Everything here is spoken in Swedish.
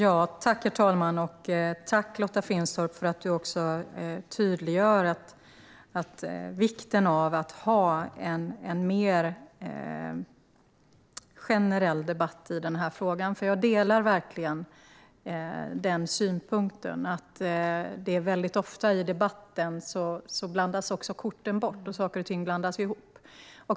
Herr talman! Jag tackar Lotta Finstorp för att hon poängterar vikten av att ha en mer generell debatt i denna fråga. Jag delar verkligen den synpunkten. I debatten blandas korten ofta bort, och saker och ting blandas ihop.